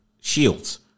shields